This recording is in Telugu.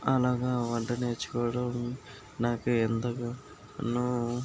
అలాగా వంట నేర్చుకోవడం నాకు ఎంతగానో